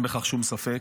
אין בכך שום ספק,